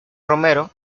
romero